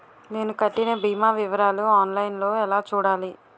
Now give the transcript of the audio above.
నేను కట్టిన భీమా వివరాలు ఆన్ లైన్ లో ఎలా చూడాలి?